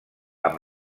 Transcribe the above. amb